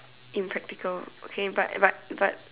impractical okay but but but